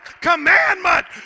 commandment